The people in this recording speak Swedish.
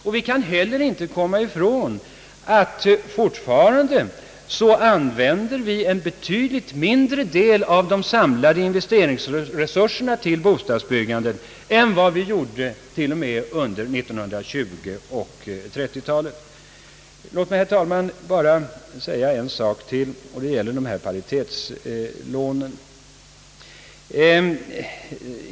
Ni kan heller inte komma ifrån att ni fortfarande använder en betydligt mindre del av de samlade investeringsresurserna tillbostadsbyggande än som gjordes t.o.m. under 1920-talet och 1930-talet. Låt mig, herr talman, bara säga en sak till. Det gäller paritetslånen.